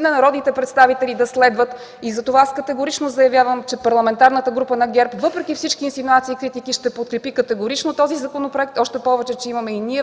народните представители да следват. И затова аз категорично заявявам, че Парламентарната група на ГЕРБ въпреки всички инсинуации и критики ще подкрепи категорично този законопроект. Още повече, че имаме и ние внесени